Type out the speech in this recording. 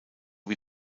wie